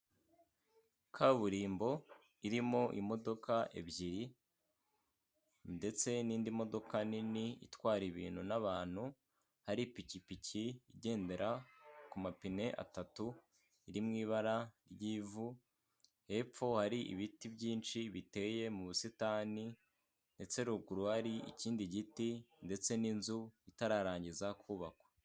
Kaburimbo irimo imodoka ebyiri ndetse n'indi modoka nini itwara ibintu n'abantu, hari ipikipiki igendera ku mapine atatu iri mu ibara ry'ivu, hepfo hari ibiti byinshi biteye mu busitani ndetse ruguru hari ikindi giti ndetse n'inzu itararangiza kubakwa.